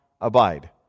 abide